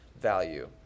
value